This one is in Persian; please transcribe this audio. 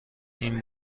این